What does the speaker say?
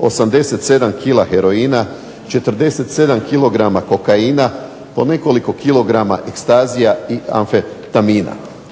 87 kg heroina, 47 kg kokaina, po nekoliko kilograma ecstasya i amfetamina.